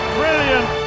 brilliant